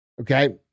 Okay